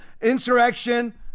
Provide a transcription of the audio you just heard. insurrection